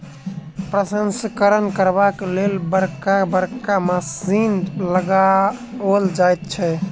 प्रसंस्करण करबाक लेल बड़का बड़का मशीन लगाओल जाइत छै